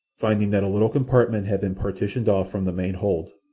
finding that a little compartment had been partitioned off from the main hold,